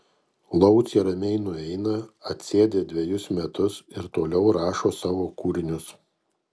laucė ramiai nueina atsėdi dvejus metus ir toliau rašo savo kūrinius